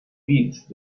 bits